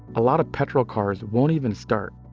a lot of petrol cars won't even start.